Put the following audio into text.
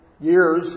years